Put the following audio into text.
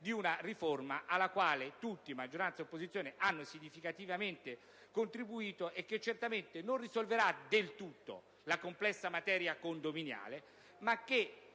di una riforma alla quale tutti, maggioranza e opposizione, hanno significativamente contribuito e che se non risolverà del tutto la complessa materia condominiale, quanto